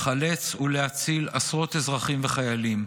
לחלץ ולהציל מאות אזרחים וחיילים.